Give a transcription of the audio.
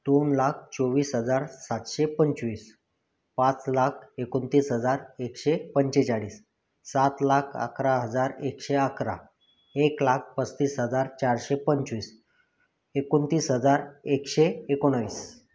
दोन लाख चोवीस हजार सातशे पंचवीस पाच लाख एकोणतीस हजार एकशे पंचेचाळीस सात लाख अकरा हजार एकशे अकरा एक लाख पस्तीस हजार चारशे पंचवीस एकोणतीस हजार एकशे एकोणावीस